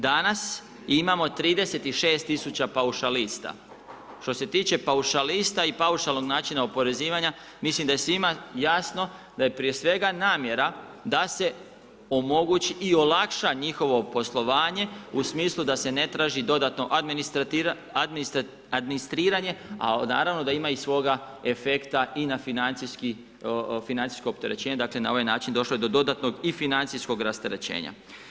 Danas imamo 36 tisuća paušalista, što se tiče paušalista i paušalnog načina oporezivanja mislim da je svima jasno da je prijem svega namjera da se omogući i olakša njihovo poslovanje u smislu da se ne traži dodatno administriranje, a naravno da ima svoga efekta i na financijski, financijsko opterećenje dakle na ovaj način došlo je do dodatnog i financijskog rasterećenja.